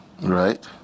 right